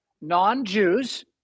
non-Jews